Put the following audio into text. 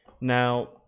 now